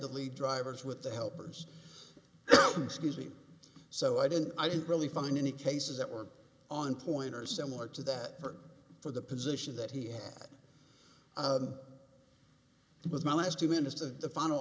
the lead drivers with the helpers excuse me so i didn't i didn't really find any cases that were on point or similar to that for for the position that he had with my last few minutes of the final